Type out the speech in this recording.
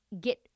get